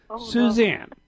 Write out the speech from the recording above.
Suzanne